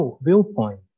Viewpoint